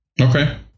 okay